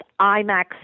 IMAX